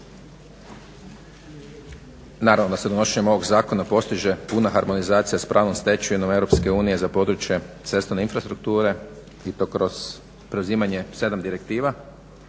Naravno da se donošenjem ovog zakona postiže puna harmonizacija s pravnom stečevinom EU za područje cestovne infrastrukture i to kroz preuzimanje 7 direktiva.